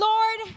Lord